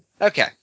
Okay